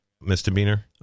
misdemeanor